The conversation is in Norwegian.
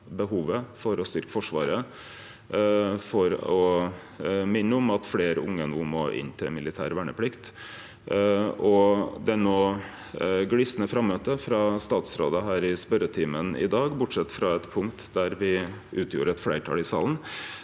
behovet for å styrkje Forsvaret og minne om at fleire unge no må inn til militær verneplikt. Det no glisne frammøtet frå statsrådar her i spørjetimen i dag – bortsett frå eitt punkt der me utgjorde eit fleirtal i salen